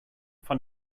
von